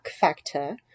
factor